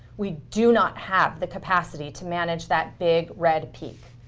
we do not have the capacity to manage that big red peak.